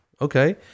Okay